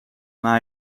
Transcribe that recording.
maar